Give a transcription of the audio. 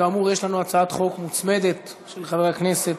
כאמור, יש לנו הצעת חוק מוצמדת, של חבר הכנסת